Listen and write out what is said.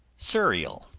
serial,